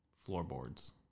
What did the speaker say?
Floorboards